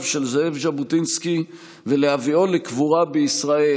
של זאב ז'בוטינסקי ולהביאו לקבורה בישראל,